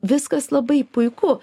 viskas labai puiku